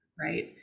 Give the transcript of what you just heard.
right